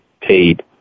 paid